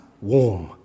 warm